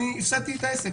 אני הפסדתי את העסק.